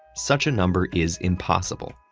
such a number is impossible,